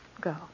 Go